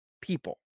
people